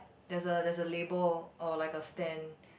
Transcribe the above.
there's a there's a label or like a stand